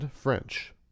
French